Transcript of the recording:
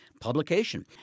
publication